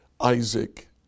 Isaac